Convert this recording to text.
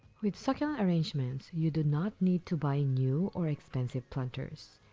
with succulent arrangements, you do not need to buy new, or expensive planters.